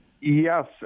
yes